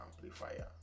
amplifier